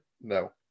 no